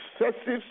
excessive